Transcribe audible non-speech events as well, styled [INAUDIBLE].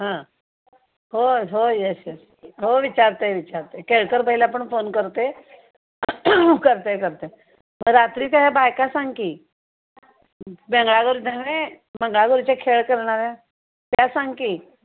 हां होय होय येस येस हो विचारते विचारते केळकर बाईला पण फोन करते करते करते मग रात्रीच्या ह्या बायका सांग की [UNINTELLIGIBLE] मंगळागौरीच्या खेळ करणाऱ्या त्या सांग की